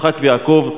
יצחק ויעקב,